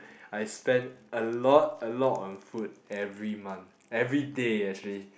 I spend a lot a lot on food every month everyday actually